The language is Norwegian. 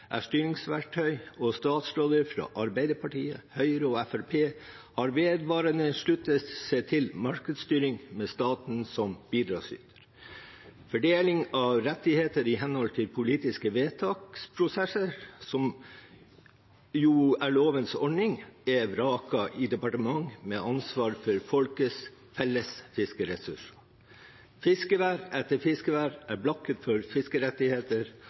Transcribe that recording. og statsråder fra Arbeiderpartiet, Høyre og Fremskrittspartiet har vedvarende sluttet seg til markedsstyring med staten som bidragsyter. Fordeling av rettigheter i henhold til politiske vedtaksprosesser, som jo er lovens ordning, er vraket i departement med ansvar for folkets felles fiskeressurs. Fiskevær etter fiskevær er blakket for fiskerettigheter